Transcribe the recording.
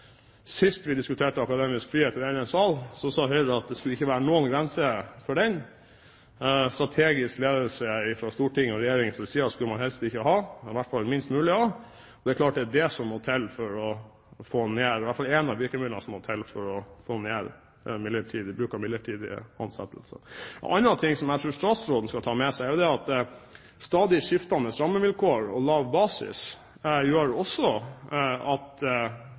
Sist vi diskuterte akademisk frihet i denne sal, sa Høyre at det ikke skulle være noen grenser for den, strategisk ledelse fra storting og regjering sin side skulle man helst ikke ha, eller i alle fall minst mulig. Det er klart at det i alle fall er ett av virkemidlene som må til for å få ned bruken av midlertidige ansettelser. En annen ting som jeg tror statsråden skal ta med seg, er at stadig skiftende rammevilkår og lav basis også gjør at universitetene og høyskolene føler seg presset til å bruke midlertidige ansettelser, også